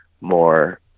more